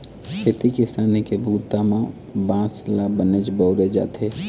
खेती किसानी के बूता म बांस ल बनेच बउरे जाथे